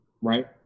right